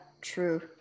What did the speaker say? true